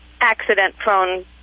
accident-prone